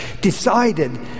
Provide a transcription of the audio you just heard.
decided